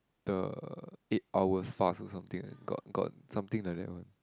the eight hour fast or something like got got something like that one